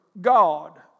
God